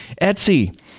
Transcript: Etsy